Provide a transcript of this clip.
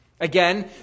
Again